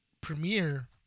premiere